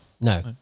no